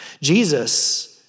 Jesus